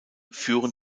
führen